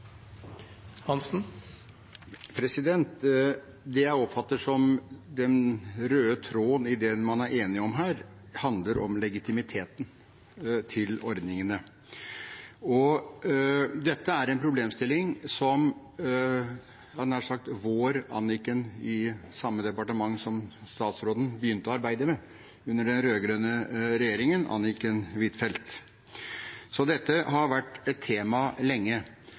enig om her, er legitimiteten til ordningene. Dette er en problemstilling som «vår» Anniken – i samme departement som statsråden – begynte å arbeide med under den rød-grønne regjeringen, Anniken Huitfeldt, så dette har vært et tema lenge.